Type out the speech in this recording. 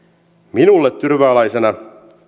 minulle tyrvääläisenä